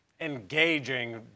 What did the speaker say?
engaging